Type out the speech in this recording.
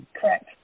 Correct